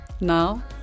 Now